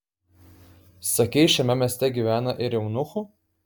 sakei šiame mieste gyvena ir eunuchų